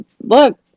look